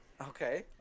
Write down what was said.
Okay